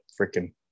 freaking